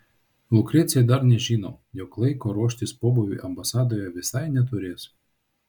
lukrecija dar nežino jog laiko ruoštis pobūviui ambasadoje visai neturės